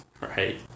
Right